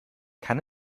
kann